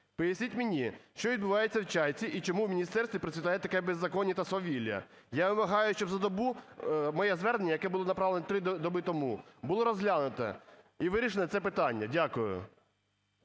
Поясніть мені, що відбувається в Чайці, і чому в міністерстві процвітає таке беззаконня та свавілля? Я вимагаю, щоб за добу моє звернення, яке було направлено три доби тому, було розглянуто і вирішено це питання. Дякую.